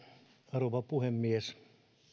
rouva puhemies